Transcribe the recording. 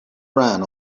ran